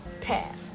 path